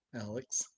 Alex